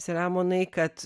selemonai kad